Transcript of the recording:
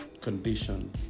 condition